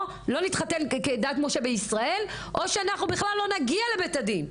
או לא נתחתן כדת משה וישראל או שאנחנו בכלל לא להגיע לבית הדין,